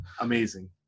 Amazing